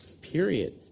Period